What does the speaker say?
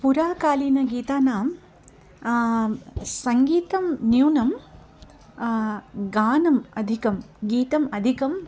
पुराकालीनगीतानां सङ्गीतं न्यूनं गानम् अधिकं गीतम् अधिकं